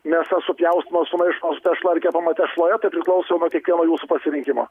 mėsa supjaustoma sumaišoma su tešla ar kepama tešloje tai priklauso nuo kiekvieno jūsų pasirinkimo